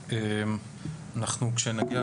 כשנגיע,